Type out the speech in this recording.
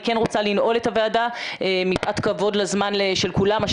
אני רוצה לנעול את הוועדה מפאת כבוד לזמן של כולם.